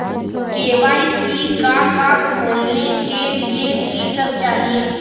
KYC का का खोलने के लिए कि सब चाहिए?